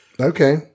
Okay